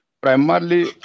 Primarily